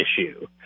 issue